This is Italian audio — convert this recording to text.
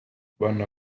vanno